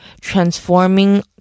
transforming